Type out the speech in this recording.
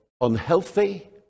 unhealthy